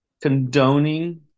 condoning